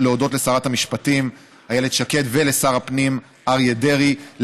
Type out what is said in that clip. להודות לשרת המשפטים איילת שקד ולשר הפנים אריה דרעי,